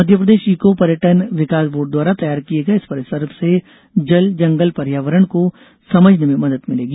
Madhya Pradesh eco पर्यटकों विकास board द्वारा तैयार किये गये इस परिसर से जल जंगल पर्यावरण और ऑक्सीजन को समझने में मदद मिलेगी